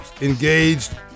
engaged